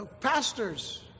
pastors